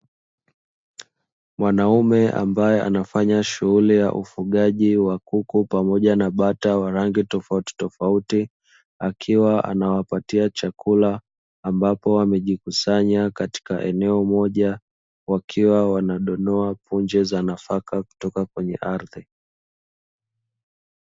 Mwanaume ambaye anafanya shughuli ya ufugaji wa kuku pamoja na bata wa rangi tofautitofauti , akiwa anawapatia chakula ambapo wamejikusanya katika eneo moja, wakiwa wanadonoa punje za nafaka kutoka kwenye ardhi.